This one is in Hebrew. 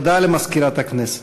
הודעה למזכירת הכנסת.